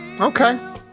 okay